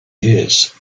years